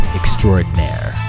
extraordinaire